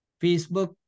Facebook